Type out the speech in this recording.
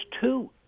two